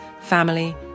family